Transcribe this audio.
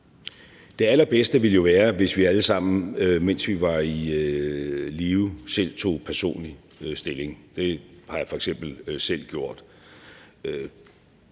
Det allerbedste ville jo være, hvis vi alle sammen, mens vi var i live, tog personligt stilling. Det har jeg f.eks. selv gjort.